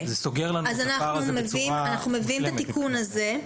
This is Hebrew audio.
נביא את התיקון הזה,